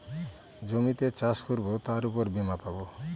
জমিতে চাষ করবো তার উপর বীমা পাবো